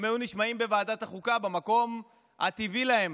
הם היו נשמעים בוועדת החוקה, במקום הטבעי להם.